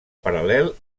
paral·lel